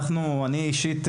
אנחנו אני אישית,